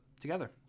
together